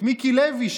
הציטוט של מיקי לוי,